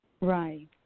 Right